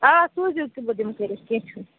آ سوٗزِو تہٕ بہٕ دِمہٕ کٕرِتھ